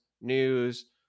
news